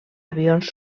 avions